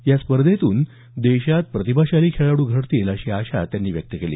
या स्पर्धेतून देशात प्रतिभाशाली खेळाडू घडतील अशी आशा त्यांनी व्यक्त केली